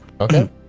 Okay